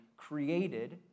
created